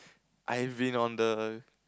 I've been on the